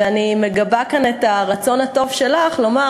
ואני מגבה כאן את הרצון הטוב שלך לומר,